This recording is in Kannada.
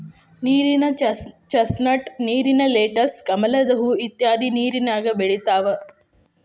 ನೇರಿನ ಚಸ್ನಟ್, ನೇರಿನ ಲೆಟಸ್, ಕಮಲದ ಹೂ ಇತ್ಯಾದಿ ನೇರಿನ್ಯಾಗ ಬೆಳಿತಾವ